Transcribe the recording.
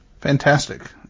Fantastic